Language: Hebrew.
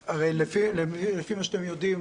כפי שאתם יודעים,